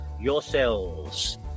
yourselves